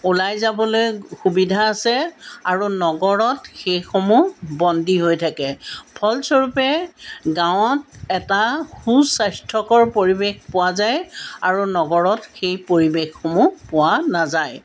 ওলাই যাবলৈ সুবিধা আছে আৰু নগৰত সেইসমূহ বন্দী হৈ থাকে ফলস্বৰূপে গাঁৱত এটা সুস্বাস্থ্যকৰ পৰিৱেশ পোৱা যায় আৰু নগৰত সেই পৰিৱেশসমূহ পোৱা নাযায়